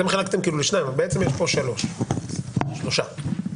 אתם חילקתם לשניים אבל בעצם יש כאן שלושה חלקים.